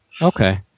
Okay